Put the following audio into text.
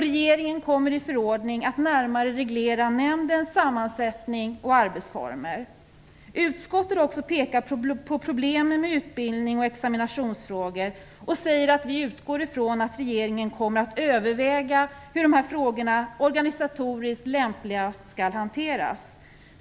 Regeringen kommer i förordning att närmare reglera nämndens sammansättning och arbetsformer. Utskottet har också pekat på problemen med utbildnings och examinationsfrågor och säger att man utgår från att regeringen kommer att överväga hur dessa frågor organisatoriskt lämpligast skall hanteras.